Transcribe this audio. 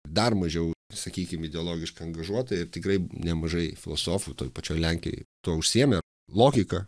dar mažiau sakykim ideologiškai angažuota ir tikrai nemažai filosofų toj pačioj lenkijoj tuo užsiėmė logika